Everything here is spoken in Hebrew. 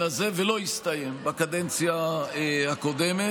הזה והוא לא הסתיים בקדנציה הקודמת.